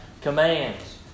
commands